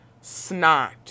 snot